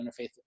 Interfaith